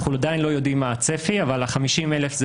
אנחנו עדיין לא יודעים מה הצפי אבל ה-50,000 זה